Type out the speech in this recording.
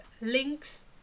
links